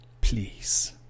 Please